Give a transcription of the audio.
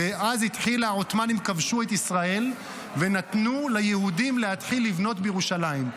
ואז העות'מאנים כבשו את ישראל ונתנו ליהודים להתחיל לבנות בירושלים,